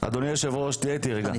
היושב-ראש, תהיה איתי רגע.